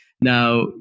Now